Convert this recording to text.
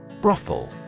Brothel